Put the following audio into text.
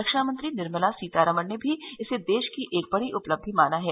रक्षा मंत्री निर्मला सीतारमन ने भी इसे देश की एक बड़ी उपलब्धि बताया है